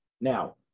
Now